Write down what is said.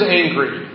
angry